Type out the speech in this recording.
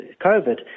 COVID